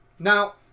Now